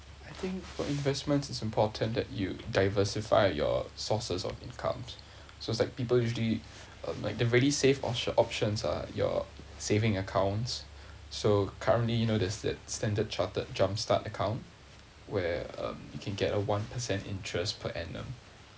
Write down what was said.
I think for investments it's important that you diversify your sources of incomes so it's like people usually uh like the very safe op~ options are your saving accounts so currently you know that that standard chartered jumpstart account where um you can get a one percent interest per annum